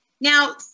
Now